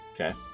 Okay